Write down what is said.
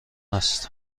است